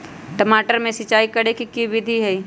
टमाटर में सिचाई करे के की विधि हई?